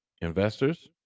Investors